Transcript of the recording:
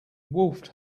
wolfed